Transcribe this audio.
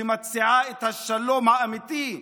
שמציעה את השלום האמיתי,